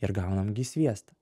ir gaunam ghi sviestą